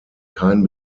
keinen